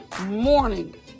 morning